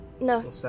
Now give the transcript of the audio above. No